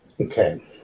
Okay